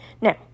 Now